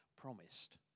promised